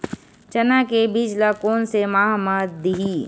चना के बीज ल कोन से माह म दीही?